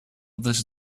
this